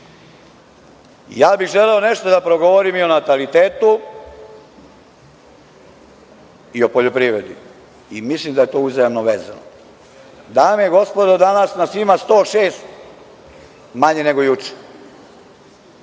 bih želeo nešto da progovorim i o natalitetu i o poljoprivredi, i mislim da je to uzajamno vezano. Dame i gospodo, danas nas ima 106 manje nego juče.